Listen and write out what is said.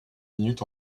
minutes